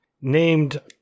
named